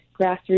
grassroots